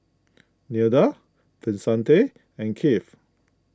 Nilda Vicente and Keith